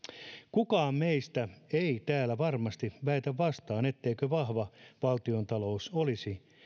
kukaan meistä ei täällä varmasti väitä vastaan etteikö vahva valtiontalous olisi